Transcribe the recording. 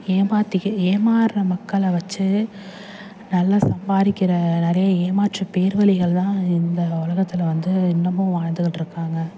ஏமாத்திக்க ஏமாறுகிற மக்களை வெச்சு நல்லா சம்பாதிக்கிற நிறைய ஏமாற்று பேர்வழிகள் தான் இந்த உலகத்துல வந்து இன்னுமும் வாழ்ந்துக்கிட்டுருக்காங்க